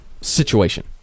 situation